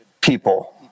people